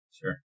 Sure